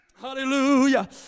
Hallelujah